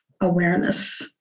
awareness